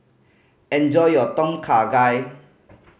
enjoy your Tom Kha Gai